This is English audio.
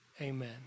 amen